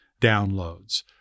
downloads